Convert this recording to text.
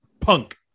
punk